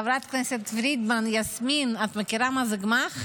חברת הכנסת פרידמן, יסמין, את מכירה מה זה גמ"ח?